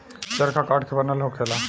चरखा काठ के बनल होखेला